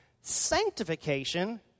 Sanctification